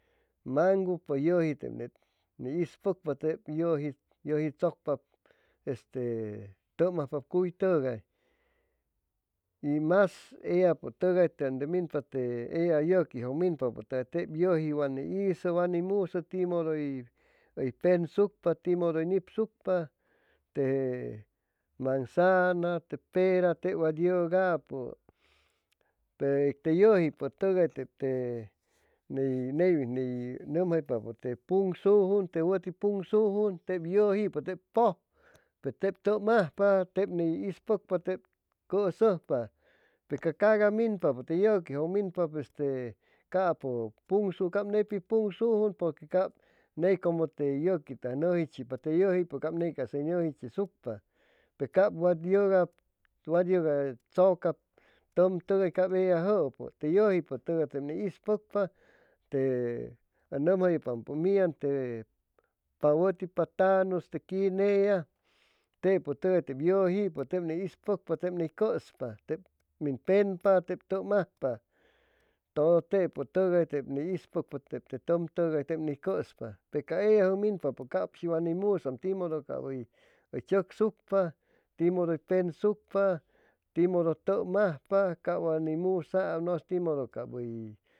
Maŋgu puej yʉji tep ni ispʉcpa yʉji chʉcpap etse tʉm ajpap cuy tʉgay y mas ellapʉtʉgay donde minpa te ella yʉquiqjʉ minpapʉtʉgay tey yʉji wa ni isʉ wa ni misʉ timʉdo hʉy hʉy pensucpa timʉdʉ hʉy nipsucpa te manzana, te pera tep wat yʉgapʉ pey te yʉjipʉ tʉgay te ney neywin ne nʉmjaipapʉ te pun te wʉti punsujʉn tep yʉjipʉ tep pʉj pe tep tʉm'ajpa tep ney ispʉgpa tep cʉsʉjpa pe ca caga minpapʉ te yʉquiqjʉ minpap este capʉ punsuj cap ney pi punsujun porque cap ney como te yʉquitʉgais hʉy nʉji chipa te yʉjipʉ cap ny ca'sa hʉy nʉji chisucpa pe cap wat yʉgab wat yʉga tzʉca tʉntʉgay cap ellajʉpʉ te yʉjipʉtʉgatep ni ispʉgpa te ʉn nʉmjayʉpampʉ millan te pa wʉti patanus, te quinea, tepʉtʉgay tep yʉjipʉ tep ni ispʉgpa tep ni cʉspa ep min penpa tep tʉm'ajpa todo tepu tʉgay tep ni ispʉcpa tep te tʉm'tʉgay tep ni cʉspa ca ellajʉgminpapʉ cap wa ni musaam timodo cap hʉy chʉcsucpa timodo hʉy pensucpa timodo tʉm ajpa cap wa ni musaam nʉse timodo cap hʉy